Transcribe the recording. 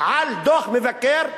על דוח מבקר קשה,